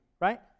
right